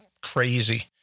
crazy